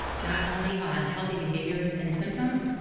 not only on unhealthy behaviors and symptoms,